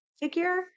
figure